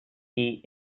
seat